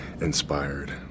inspired